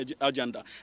agenda